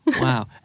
Wow